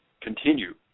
continue